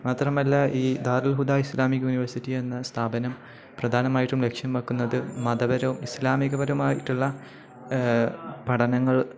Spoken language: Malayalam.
മാത്രമല്ല ഈ ധർൽഹുദ ഇസ്ലാമിക് യൂണിവേഴ്സിറ്റി എന്ന സ്ഥാപനം പ്രധാനമായിട്ടും ലക്ഷ്യം വെക്കുന്നത് മതപരവും ഇസ്ലാമികപരമായിട്ടുള്ള പഠനങ്ങൾ